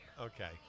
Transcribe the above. Okay